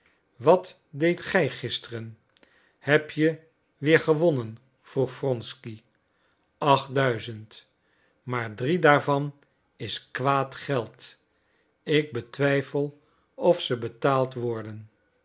wat deedt je gisteren heb je weer gewonnen vroeg wronsky achtduizend maar drie daarvan is kwaad geld ik twijfel of ze betaald worden